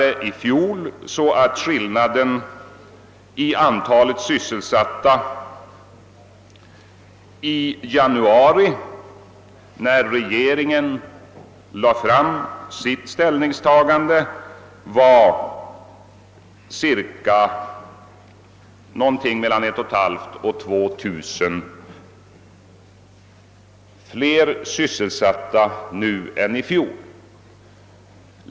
Emellertid var antalet i beredskapsarbeten sysselsatta under januari i år, när regeringen lade fram sin proposition, 1500 å 2 000 fler än i fjol.